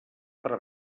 per